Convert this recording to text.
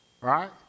right